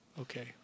okay